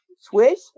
swish